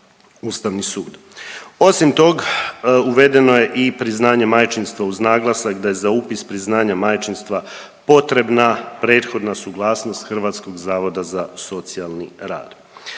Ustavni sud. Osim tog uvedeno je i priznanje majčinstva uz naglasak da je za upis priznanja majčinstva potrebna prethodna suglasnost Hrvatskog zavoda za socijalni rad.